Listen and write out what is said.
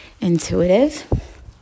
intuitive